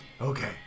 Okay